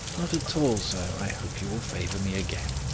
not at all, sir. i hope you will favour me again.